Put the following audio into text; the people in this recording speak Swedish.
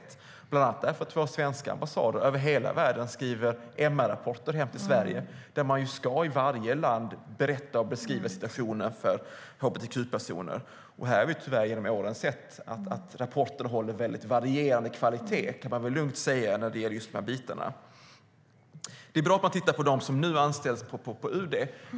Det beror bland annat på att våra svenska ambassader över hela världen skriver MR-rapporter hem till Sverige. Där ska man i varje land berätta om och beskriva situationen för hbtq-personer. Här har vi tyvärr genom åren sett att rapporter håller varierande kvalitet när det gäller just de här bitarna; det kan man lugnt säga. Det är bra att man tittar på dem som nu anställs på UD.